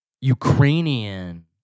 Ukrainian